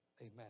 Amen